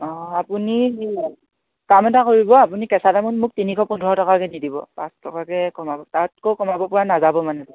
অঁ আপুনি কাম এটা কৰিব আপুনি কেঁচা তামোল মোক তিনিশ পোন্ধৰ টকাকৈ দি দিব পাঁচ টকাকৈ কমাব তাতকৈ কমাব পৰা নাযাব মানে